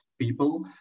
people